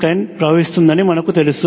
1mA current ప్రవహిస్తుందని మనకు తెలుసు